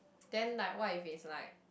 then like what if it's like